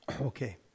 Okay